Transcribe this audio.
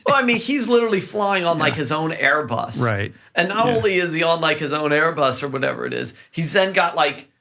i mean, he's literally flying on like his own airbus. and not only is he on like his own airbus or whatever it is, he's then got like,